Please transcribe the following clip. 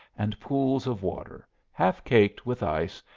and pools of water, half-caked with ice,